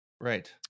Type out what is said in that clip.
Right